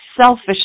selfish